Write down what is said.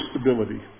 stability